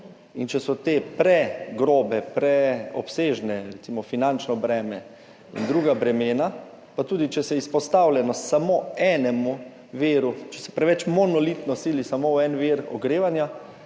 če so te pregrobe, preobsežne, recimo finančno breme in druga bremena, pa tudi če gre za izpostavljenost samo enemu viru, če se preveč monolitno sili samo v en vir ogrevanja,